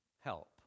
help